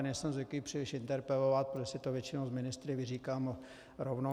Nejsem zvyklý příliš interpelovat, protože si to většinou s ministry vyříkám rovnou.